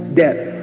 death